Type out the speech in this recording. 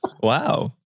Wow